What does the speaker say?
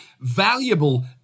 valuable